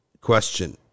question